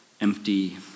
empty